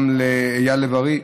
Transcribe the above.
לאייל לב-ארי,